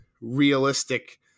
realistic